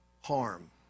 harm